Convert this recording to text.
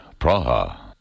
Praha